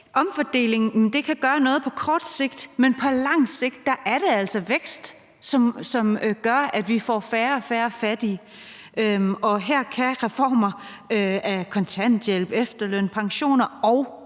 omfordelingen kan gøre noget på kort sigt, men at det altså på lang sigt er vækst, som gør, at vi får færre og færre fattige. Her kan reformer af kontanthjælp, efterløn, pensioner og